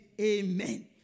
amen